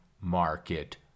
market